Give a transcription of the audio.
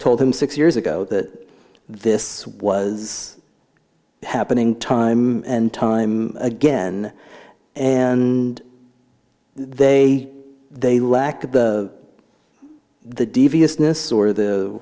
told him six years ago that this was happening time and time again and they they lack the the deviousness or the